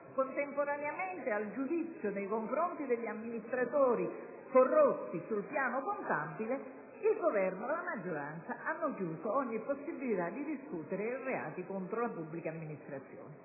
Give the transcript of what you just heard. contemporaneamente al giudizio nei confronti degli amministratori corrotti sul piano contabile, il Governo e la maggioranza chiudono ogni possibilità di perseguire i reati contro la pubblica amministrazione.